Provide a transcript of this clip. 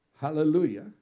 Hallelujah